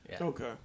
okay